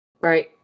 right